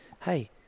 hey